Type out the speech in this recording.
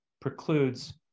precludes